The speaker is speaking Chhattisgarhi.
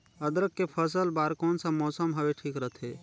अदरक के फसल बार कोन सा मौसम हवे ठीक रथे?